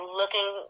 looking